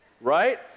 Right